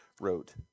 wrote